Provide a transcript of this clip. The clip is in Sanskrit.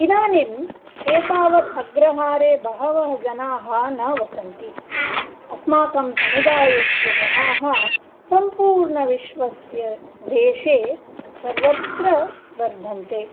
इदानीम् एतावत् अग्रहारे बहवः जनाः न वसन्ति अस्माकं समुदायस्य जनाः सम्पूर्णविश्वस्य देशे सर्वत्र वर्धन्ते